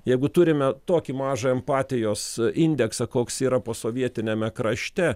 jeigu turime tokį mažą empatijos indeksą koks yra posovietiniame krašte